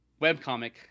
webcomic